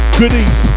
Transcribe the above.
goodies